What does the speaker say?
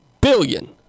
billion